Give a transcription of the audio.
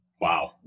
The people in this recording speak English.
Wow